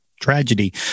Tragedy